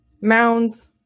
Mounds